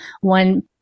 one